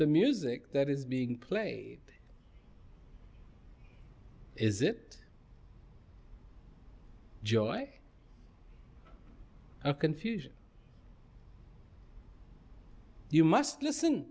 the music that is being played is it joy and confusion you must listen